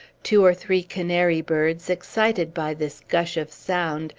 two or three canary-birds, excited by this gush of sound,